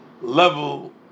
level